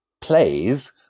plays